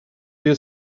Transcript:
you